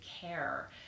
care